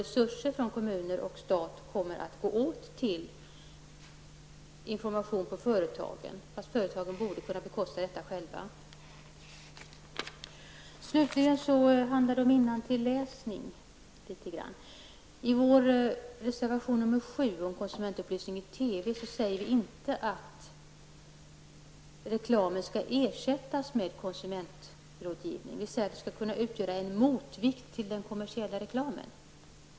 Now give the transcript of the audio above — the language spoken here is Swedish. Resurser från kommuner och stat kommer att gå till information på företagen, trots att företagen själva borde kunna stå för kostnaderna. Det handlar om innantill läsning. I vår reservation 7 om konsumentupplysning i TV säger vi inte att reklamen skall ersättas med konsumentrådgivning, utan att den skall kunna utgöra en motvikt till den kommersiella reklamen.